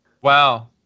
Wow